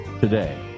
today